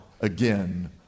again